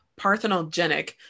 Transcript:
parthenogenic